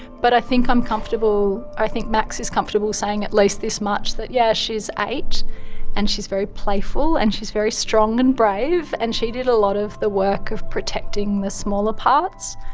but i think i'm comfortable, i think max is comfortable saying at least this much, that yes, she is eight and she is very playful and she is very strong and brave, and she did a lot of the work of protecting the smaller parts.